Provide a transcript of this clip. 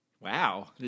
Wow